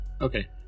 Okay